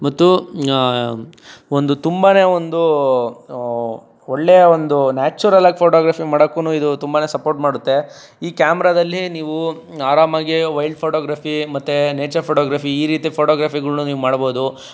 ಮತ್ತು ಒಂದು ತುಂಬನೇ ಒಂದು ಒಳ್ಳೆಯ ಒಂದು ನ್ಯಾಚುರಲ್ ಆಗಿ ಫೋಟೋಗ್ರಫಿ ಮಾಡೋಕೂ ಇದು ತುಂಬನೇ ಸಪೋರ್ಟ್ ಮಾಡುತ್ತೆ ಈ ಕ್ಯಾಮ್ರಾದಲ್ಲಿ ನೀವು ಆರಾಮಾಗಿ ವೈಲ್ಡ್ ಫೋಟೋಗ್ರಫಿ ಮತ್ತೆ ನೇಚರ್ ಫೋಟೋಗ್ರಫಿ ಈ ರೀತಿ ಫೋಟೋಗ್ರಫಿಗಳನ್ನು ನೀವು ಮಾಡಬಹ್ದು